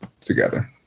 together